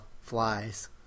flies